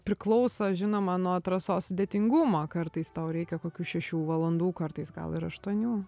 priklauso žinoma nuo trasos sudėtingumo kartais tau reikia kokių šešių valandų kartais gal ir aštuonių